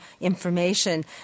information